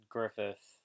Griffith